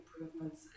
improvements